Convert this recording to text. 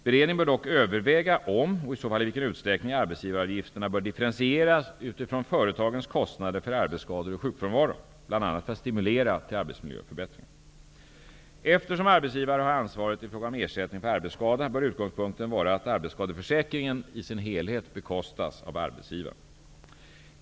Beredningen bör dock överväga om och i så fall i vilken utsträckning arbetsgivaravgifterna bör differentieras utifrån företagens kostnader för arbetsskador och sjukfrånvaro bl.a. för att stimulera till arbetsmiljöförbättringar. Eftersom arbetsgivare har ansvaret i fråga om ersättning för arbetsskada bör utgångspunkten vara att arbetsskadeförsäkringen i sin helhet bekostas av arbetsgivaren.